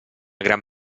gran